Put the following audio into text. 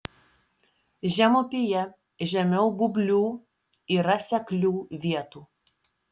žemupyje žemiau būblių yra seklių vietų